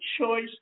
choice